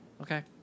Okay